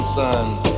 sons